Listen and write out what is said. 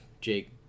Jake